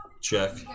Check